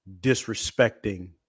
disrespecting